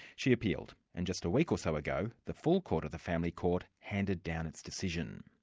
she appealed, and just a week or so ago, the full court of the family court handed down its decision.